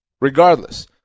regardless